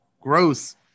gross